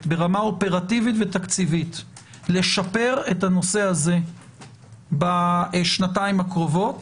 ברמה אופרטיבית ותקציבית לשפר את הנושא הזה בשנתיים הקרובות,